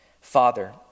Father